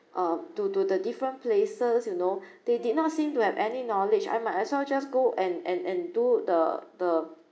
uh to to the different places you know they did not seem to have any knowledge I might as well just go and and and do the the